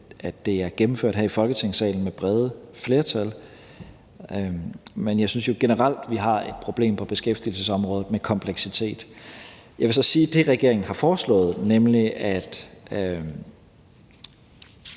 at de er gennemført her i Folketingssalen af brede flertal. Men jeg synes jo, at vi generelt har et problem på beskæftigelsesområdet med kompleksitet. Jeg vil så sige, at det, som regeringen har foreslået – nemlig at